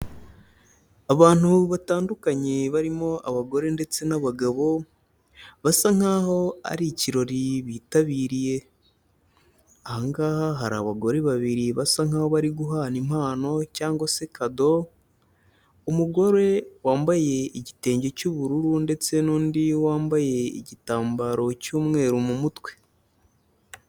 Abantu batandukanye barimo abagore ndetse n'abagabo, basa nkaho ari ikirori bitabiriye, aha ngaha hari abagore babiri basa nkaho bari guhana impano cyangwa se kado, umugore wambaye igitenge cy'ubururu, ndetse n'undi wambaye igitambaro cy'umweru mu mutwe.